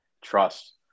trust